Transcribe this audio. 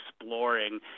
exploring